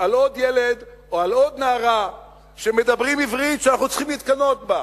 על עוד ילד או על עוד נערה שמדברים עברית שאנחנו צריכים להתקנא בה,